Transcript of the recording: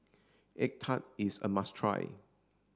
egg tart is a must try